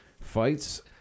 Fights